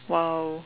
!wow!